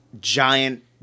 giant